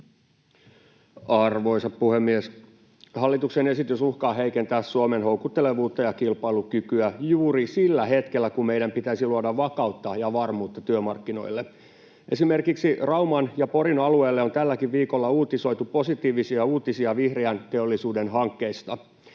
Arvoisa puhemies! Hallituksen esitys uhkaa heikentää Suomen houkuttelevuutta ja kilpailukykyä juuri sillä hetkellä, kun meidän pitäisi luoda vakautta ja varmuutta työmarkkinoille. Esimerkiksi Rauman ja Porin alueelle on tälläkin viikolla uutisoitu positiivisia uutisia vihreän teollisuuden hankkeista.